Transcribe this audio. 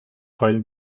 heulen